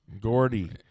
Gordy